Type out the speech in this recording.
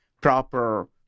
proper